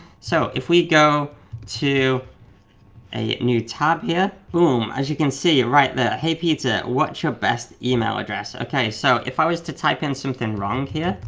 so if we go to a new tab here, boom, as you can see right there, hey peter, what is your best email address? ok so, if i was to type in something wrong here